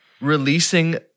releasing